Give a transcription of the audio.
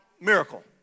miracle